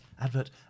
advert